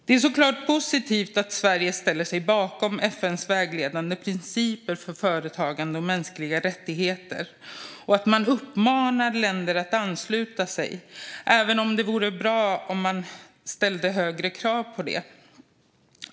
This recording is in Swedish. Det är såklart positivt att Sverige ställer sig bakom FN:s vägledande principer för företagande och mänskliga rättigheter och att man uppmanar länder att ansluta sig, även om det vore bra om man ställde högre krav på det.